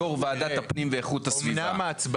יו"ר ועדת הפנים ואיכות הסביבה,